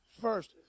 first